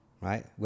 right